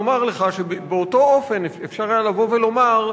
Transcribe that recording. לומר לך שבאותו אופן אפשר היה לבוא ולומר,